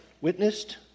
witnessed